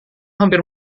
hampir